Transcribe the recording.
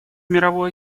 мировой